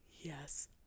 yes